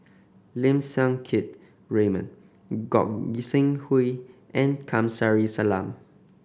Lim Siang Keat Raymond Gog Sing Hooi and Kamsari Salam